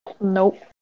nope